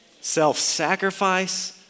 Self-sacrifice